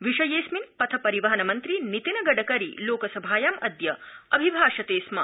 विषयेऽस्मिन् पथ परिवहन मन्त्री नितिन गडकरी लोकसभायाम् अद्य अभिभाषते स्म